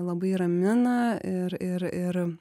labai ramina ir ir ir